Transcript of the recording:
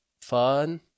fun